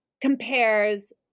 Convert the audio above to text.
compares